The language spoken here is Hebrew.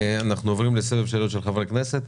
אנחנו עוברים לסבב שאלות של חברי כנסת.